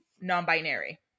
non-binary